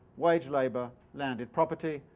wage labour, landed property,